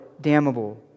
damnable